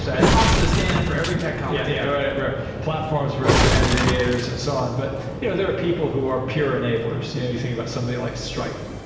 so and thompson is standing for every tech company. yeah. right. platforms versus aggregators and so on, but you know there are people who are pure enablers. yeah you think about somebody like stripe.